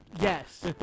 Yes